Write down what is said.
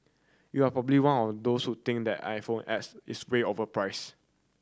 you're probably one of those think the iPhone X is way overpriced